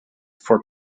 for